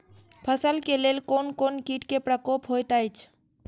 फसल के लेल कोन कोन किट के प्रकोप होयत अछि?